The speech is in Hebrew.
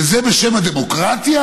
וזה בשם הדמוקרטיה?